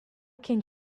can